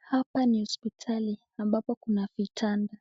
Hapa ni hospitali ambapo kuna vitanda